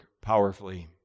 powerfully